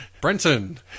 Brenton